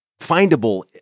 findable